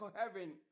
heaven